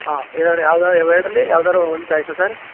ಹಾಂ ಎರಡು ಯಾವ್ದಾರು ಇವೆರಡರಲ್ಲಿ ಯಾವ್ದಾದ್ರು ಒಂದು ಚಾಯ್ಸಾ ಸರ್